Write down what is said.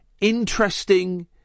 interesting